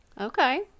Okay